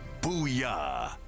Booyah